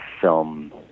film